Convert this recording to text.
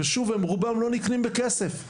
ושוב הם רובם לא נקנים בכסף,